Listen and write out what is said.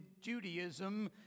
Judaism